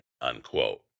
unquote